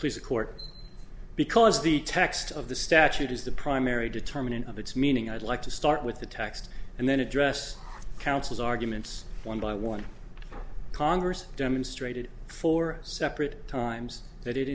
please the court because the text of the statute is the primary determinant of its meaning i'd like to start with the text and then address counsel's arguments one by one congress demonstrated four separate times that it